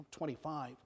25